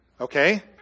Okay